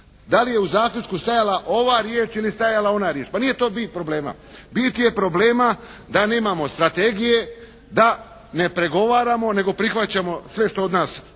Da li je u zaključku stajala ova riječ ili je stajala ona riječ? Pa nije to bit problema. Bit je problema da nemamo strategije. Da ne pregovaramo nego prihvaćamo sve što od nas